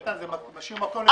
איתן, זה משאיר מקום לפרשנות רחבה.